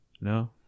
no